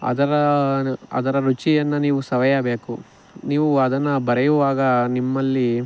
ಅದರ ಅದರ ರುಚಿಯನ್ನು ನೀವು ಸವಿಯಬೇಕು ನೀವು ಅದನ್ನು ಬರೆಯುವಾಗ ನಿಮ್ಮಲ್ಲಿ